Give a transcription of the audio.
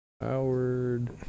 Howard